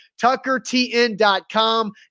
TuckerTN.com